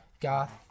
goth